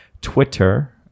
Twitter